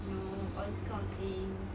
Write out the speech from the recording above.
you know all these kind of things